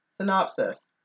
synopsis